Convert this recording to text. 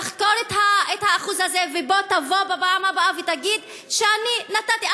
תחקור את האחוז הזה ובוא בפעם הבאה ותגיד שאני נתתי.